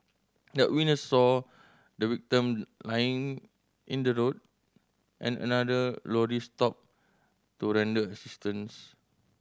the witness saw the victim lying in the road and another lorry stopped to render assistance